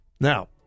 Now